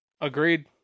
Agreed